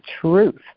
truth